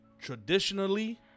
traditionally